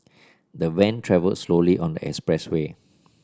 the van travelled slowly on the expressway